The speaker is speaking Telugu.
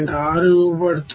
6 ఇవ్వబడుతుంది